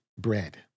bread